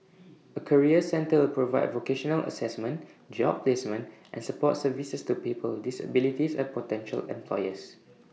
A career centre will provide vocational Assessment job placement and support services to people disabilities and potential employers